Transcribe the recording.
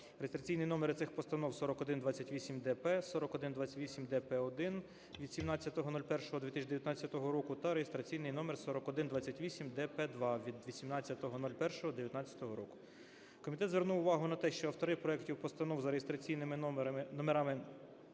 Реєстраційні номери цих постанов: 4128-д-П, 4128-д-П1 від 17.01.2019 року та реєстраційний номер 4128-д-П2 від 18.01.2019 року. Комітет звернув увагу на те, що автори проектів постанов за реєстраційними номерами